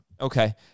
Okay